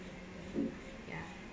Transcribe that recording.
ya